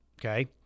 okay